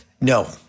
No